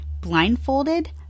blindfolded